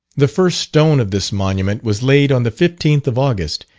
the first stone of this monument was laid on the fifteenth of august,